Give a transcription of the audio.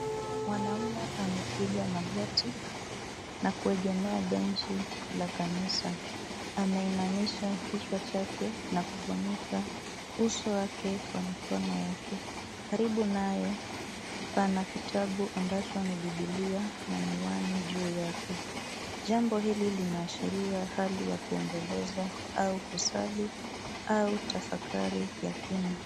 Mwanamume amepiga magoti na kuegemea benchi la kanisa. Ameinamisha kichwa chake na kufunika uso wake kwa mikono yake. Karibu naye, pana kitabu ambacho ni bibilia na miwani juu yake. Jambo hili linaashiria hali ya kuomboleza au kusali au tafakari ya kina.